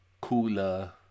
cooler